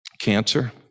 Cancer